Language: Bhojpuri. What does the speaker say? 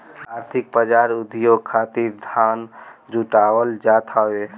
आर्थिक बाजार उद्योग खातिर धन जुटावल जात हवे